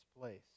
place